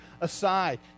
aside